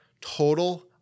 Total